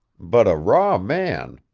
but a raw man.